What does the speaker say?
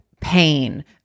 pain